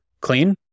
clean